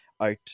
out